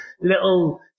little